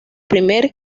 primer